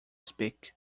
speak